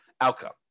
outcome